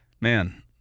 Man